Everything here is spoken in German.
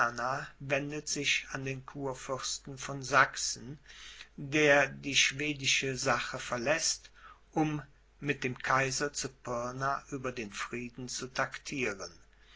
wendet sich an den kurfürsten von sachsen der die schwedische sache verläßt um mit dem kaiser zu pirna über den frieden zu traktieren